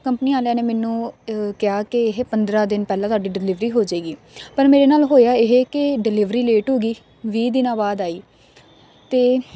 company ਵਾਲਿਆਂ ਨੇ ਮੈਨੂੰ ਕਿਹਾ ਕਿ ਇਹ ਪੰਦਰ੍ਹਾਂ ਦਿਨ ਪਹਿਲਾਂ ਤੁਹਾਡੀ ਡਿਲੀਵਰੀ ਹੋ ਜਾਏਗੀ ਪਰ ਮੇਰੇ ਨਾਲ ਹੋਇਆ ਇਹ ਕਿ ਡਿਲੀਵਰੀ ਲੇਟ ਹੋ ਗਈ ਵੀਹ ਦਿਨਾਂ ਬਾਅਦ ਆਈ ਅਤੇ